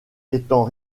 étant